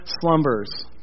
slumbers